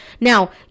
Now